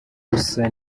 rusa